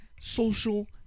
Social